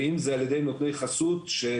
ואם זה על ידי נותני חסות שמשתמשים